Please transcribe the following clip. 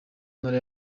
ntara